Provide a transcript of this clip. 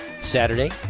Saturday